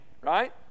right